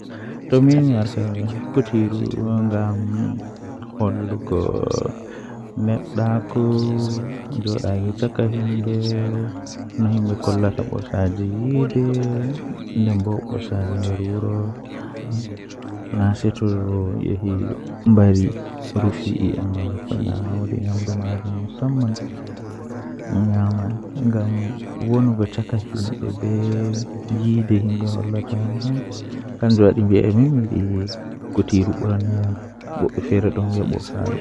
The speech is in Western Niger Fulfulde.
Litriture maa ɗum boɗɗum haa babal jangirde Ko sabu ngal, literature jeyaaɓe e tawti laawol e ko ɗum heɓugol maɓɓe ngal, ko tawti carwo e noyiɗɗo. Literature jeyaaɓe hokkata firtiimaaji moƴƴi e ɗeɗe keewɗi ko waɗtude laawol noyiɗɗo e moƴƴi haajaaɓe. Kono, waɗde literature no waawi njama faami ko moƴƴi e nder keewɗi ngal hayɓe, e waɗde tawa laawol e caɗeele ngal